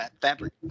fabric